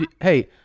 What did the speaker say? hey